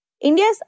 India's